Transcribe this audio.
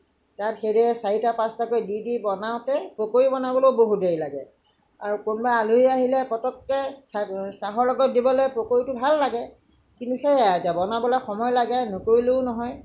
তাত সেইদৰে চাৰিটা পাঁচাটাকৈ দি দি বনাওতে পকৰী বনাবলৈও বহুত দেৰি লাগে আৰু কোনোবা আলহি আহিলে পতককে চাহৰ লগত পকৰীটো দিবলে ভাল লাগে কিন্তু সেয়া আৰু এতিয়া বনাবলে সময় লাগে নকৰিলে নহয়